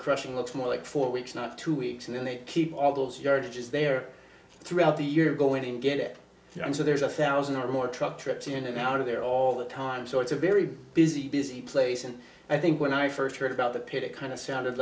looks more like four weeks not two weeks and then they keep all those yardages there throughout the year going to get it done so there's a thousand or more truck trips in and out of there all the time so it's a very busy busy place and i think when i first heard about the pitch it kind of sounded